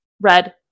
Red